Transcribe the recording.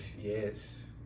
yes